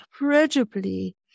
incredibly